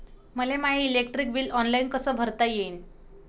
मले माय electric bill online कस भरता येईन?